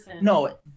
No